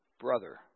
brother